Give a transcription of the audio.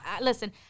listen